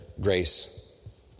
grace